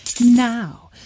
Now